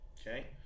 okay